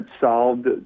solved